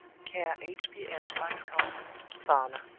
care h. b. m. vice consul, varna.